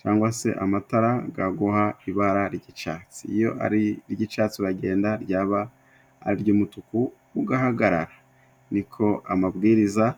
cyangwa se amatara gaguha ibara ry'icyatsi. Iyo ari iry'icyatsi uragenda, ryaba ari iry'umutuku ugahagarara. Niko amabwiriza gameze.